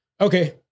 Okay